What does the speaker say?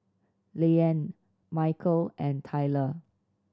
Layne Micheal and Tyler